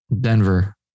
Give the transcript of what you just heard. Denver